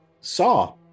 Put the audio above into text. Saw